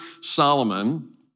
Solomon